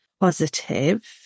positive